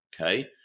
Okay